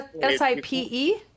S-I-P-E